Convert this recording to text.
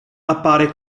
appare